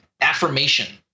affirmation